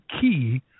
key